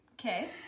Okay